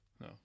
No